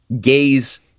gays